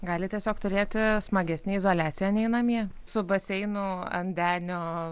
gali tiesiog turėti smagesnę izoliaciją nei namie su baseinu ant denio